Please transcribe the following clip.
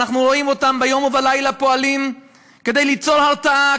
אנחנו רואים אותם ביום ובלילה פועלים כדי ליצור הרתעה,